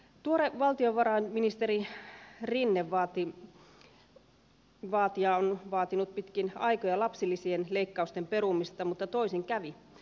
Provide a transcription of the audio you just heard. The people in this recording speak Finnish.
tuore valtiovarainministeri rinne vaati ja on vaatinut pitkin aikoja lapsilisien leikkausten perumista mutta toisin kävi